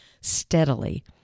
steadily